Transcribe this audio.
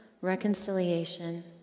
reconciliation